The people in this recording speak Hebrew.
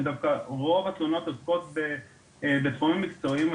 אלא בתחומים מקצועיים.